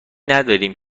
نداریم